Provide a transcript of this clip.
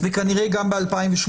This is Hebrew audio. וכנראה גם ב-2018.